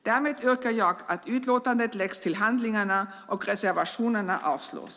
Därmed yrkar jag att utlåtandet läggs till handlingarna och reservationerna avslås.